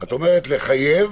את אומרת לחייב,